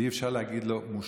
ואי-אפשר להגיד לו "מושחת",